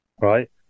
right